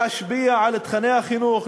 להשפיע על תוכני החינוך,